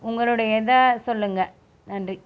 உங்களுடைய இதை சொல்லுங்கள் நன்றி